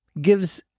gives